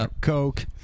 coke